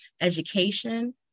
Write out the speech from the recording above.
Education